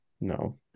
no